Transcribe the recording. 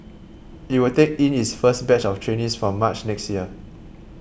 it will take in its first batch of trainees from March next year